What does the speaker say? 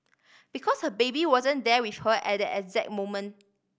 because her baby wasn't there with her at that exact moment